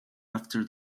after